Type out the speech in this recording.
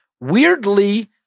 weirdly